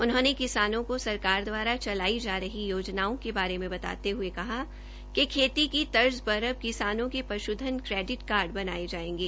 उन्होंने किसानों को सरकार द्वारा चलाई जा रही योजनाओं के बारे में बताते हुए कहा कि खेती की तर्ज पर अब किसानों के पशुधन क्रेडिट कार्ड बनाये जाएंगे